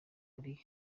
kuri